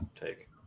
take